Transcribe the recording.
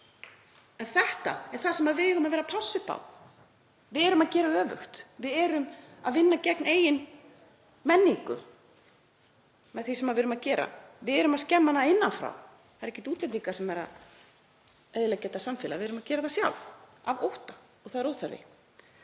Þetta er það sem við eigum að vera að passa upp á en við erum að gera öfugt, við erum að vinna gegn eigin menningu með því sem við erum að gera. Við erum að skemma hana innan frá. Það eru ekkert útlendingar sem eru að eyðileggja þetta samfélag heldur erum við að gera það sjálf af ótta og það er óþarfi.